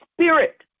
spirit